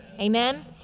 Amen